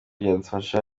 kudufasha